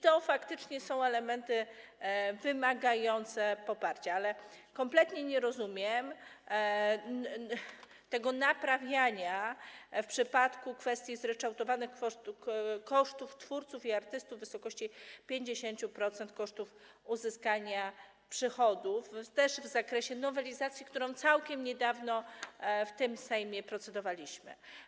To faktycznie są elementy wymagające poparcia, ale kompletnie nie rozumiem tego naprawiania w przypadku kwestii zryczałtowanych kosztów twórców i artystów w wysokości 50% kosztów uzyskania przychodów - też w ramach nowelizacji, nad którą całkiem niedawno w tym Sejmie procedowaliśmy.